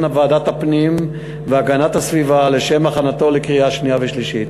ועדת הפנים והגנת הסביבה לשם הכנתו לקריאה שנייה ושלישית.